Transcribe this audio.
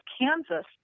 Kansas